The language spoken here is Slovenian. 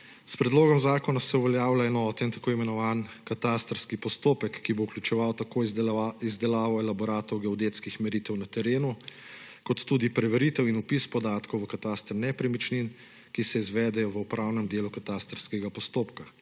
S predlogom zakona se uveljavlja enoten, tako imenovani katastrski postopek, ki bo vključeval tako izdelavo elaboratov geodetskih meritev na terenu kot tudi preveritev in vpis podatkov v kataster nepremičnin, ki se izvede v upravnem delu katastrskega postopka.